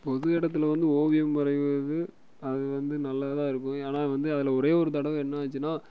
பொது இடத்துல வந்து ஓவியம் வரைவது அது வந்து நல்லாதான் இருக்கும் ஏன்னால் வந்து அதில் ஒரே ஒரு தடவை என்னாச்சின்னால்